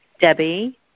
Debbie